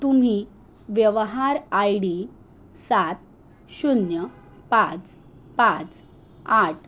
तुम्ही व्यवहार I D सात शून्य पाच पाच आठ